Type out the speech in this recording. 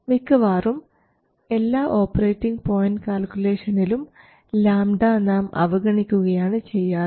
മിക്കവാറും എല്ലാ operating point കാൽക്കുലേഷനിലും λ നാം അവഗണിക്കുകയാണ് ചെയ്യാറ്